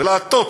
ולהטות